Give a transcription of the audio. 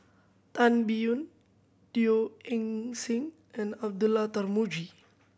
Tan Biyun Teo Eng Seng and Abdullah Tarmugi